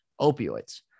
opioids